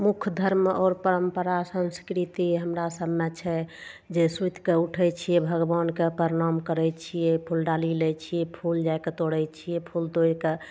मुख्य धर्म आओर परम्परा संस्कृति हमरा सबमे छै जे सुति कऽ उठय छियै भगवानके प्रणाम करय छियै फुलडाली लै छियै फूल जा कऽ तोड़य छियै फूल तोड़ि कऽ